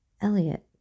Elliot